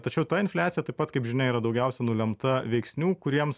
tačiau ta infliacija taip pat kaip žinia yra daugiausiai nulemta veiksnių kuriems